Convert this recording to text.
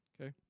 okay